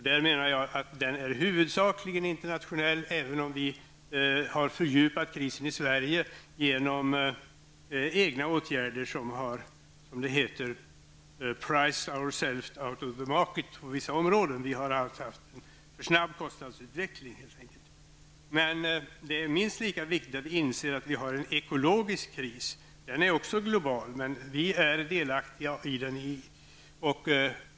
Den är huvudsakligen internationell, även om vi har fördjupat krisen i Sverige genom egna åtgärder där vi har ''priced ourselves out of the market'' på vissa områden. Vi har alltså haft en för snabb kostnadsutveckling. Men det är minst lika viktigt att inse att vi har en ekologisk kris. Den är också global. Vi är delaktiga i den.